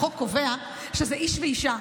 החוק קובע שזה איש ואישה,